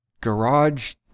garage